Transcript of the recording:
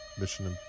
Mission